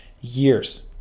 years